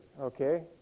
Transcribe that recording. okay